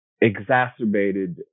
exacerbated